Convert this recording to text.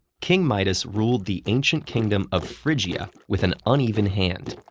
king midas ruled the ancient kingdom of phrygia with an uneven hand.